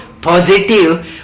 Positive